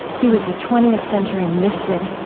he was a twentieth century mystic,